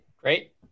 Great